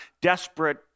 desperate